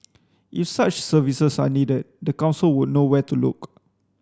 if such services are needed the council would know where to look